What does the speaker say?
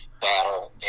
battle